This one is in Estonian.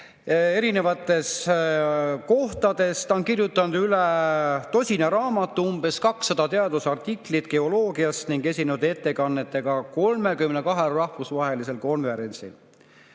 erinevates kohtades, ta on kirjutanud üle tosina raamatu ja umbes 200 teadusartiklit geoloogiast ning esinenud ettekannetega 32 rahvusvahelisel konverentsil